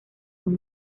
con